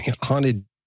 Haunted